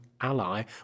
ally